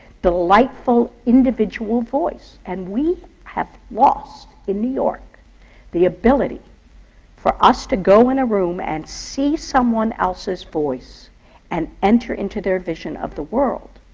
delightful, individual voice. and we have lost, in new york the ability for us to go in a room and see someone else's voice and enter into their vision of the world.